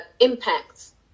impacts